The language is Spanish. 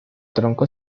tronco